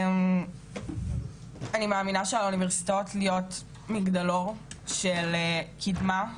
אני מאמינה שעל האוניברסיטאות להיות מגדלור של קידמה,